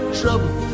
trouble